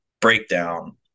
breakdown